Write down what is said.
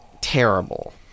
terrible